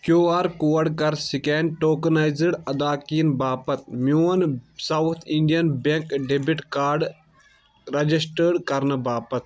Q R code کَر scan tokenized اداگیٖن باپتھ میون South Indian Bank debit card register کرنہٕ باپتھ